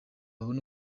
babone